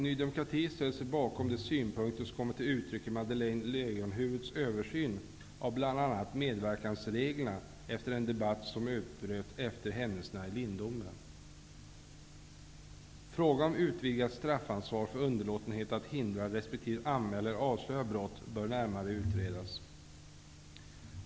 Ny demokrati ställer sig bakom de synpunkter som kommit till uttryck i Madeleine Frågan om utvidgat straffansvar för underlåtenhet att hindra resp. anmäla eller avslöja brott bör närmare utredas.